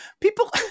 people